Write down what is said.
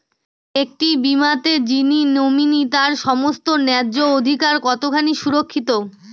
একটি বীমাতে যিনি নমিনি তার সমস্ত ন্যায্য অধিকার কতখানি সুরক্ষিত?